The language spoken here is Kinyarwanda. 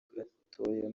gatoya